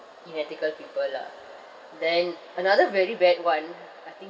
inethical people lah then another very bad [one] I think